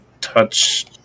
touch